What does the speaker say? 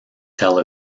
tel